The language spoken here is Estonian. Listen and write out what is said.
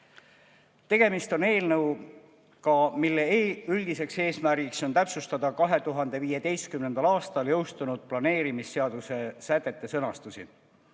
Tegemist on eelnõuga, mille üldine eesmärk on täpsustada 2015. aastal jõustunud planeerimisseaduse sätete sõnastust.